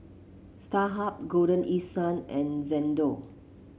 Starhub Golden East Sun and Xndo